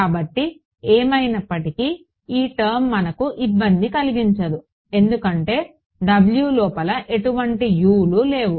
కాబట్టి ఏమైనప్పటికీ ఈ టర్మ్ మనకు ఇబ్బంది కలిగించదు ఎందుకంటే W లోపల ఎటువంటి Uలు లేవు